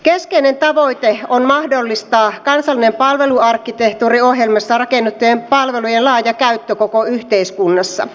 keskeinen tavoite on mahdollistaa kansallinen palveluarkkitehtuuriohjelma jossa on rakennettujen palvelujen laaja käyttö koko yhteiskunnassa